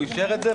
הוא אישר את זה,